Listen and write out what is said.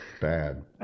bad